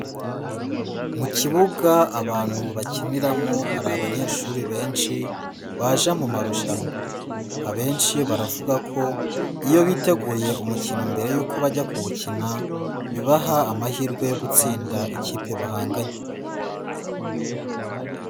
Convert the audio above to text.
Mu kibuga abantu bakiniramo hari abanyeshuri benshi baje mu marushanwa, abenshi baravuga ko iyo biteguye umukino mbere yuko bajya kuwukina, bibaha amahirwe yo gutsinda ikipe bahanganye.